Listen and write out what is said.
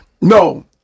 No